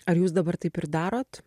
ar jūs dabar taip ir darot